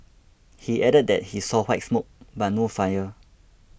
he added that he saw white smoke but no fire